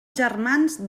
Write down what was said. germans